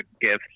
gift